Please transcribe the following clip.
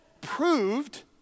proved